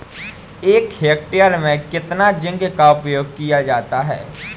एक हेक्टेयर में कितना जिंक का उपयोग किया जाता है?